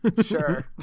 sure